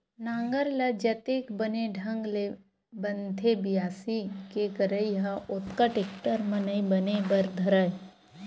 नांगर म जतेक बने ढंग ले बनथे बियासी के करई ह ओतका टेक्टर म नइ बने बर धरय